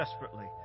desperately